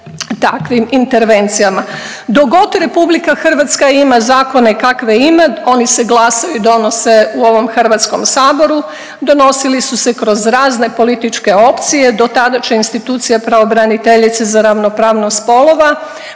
takvim intervencijama. Dok god Republika Hrvatska ima zakone kakve ima oni se glasaju i donose u ovom Hrvatskom saboru. Donosili su se i kroz razne političke opcije. Do tada će institucije pravobraniteljice za ravnopravnost spolova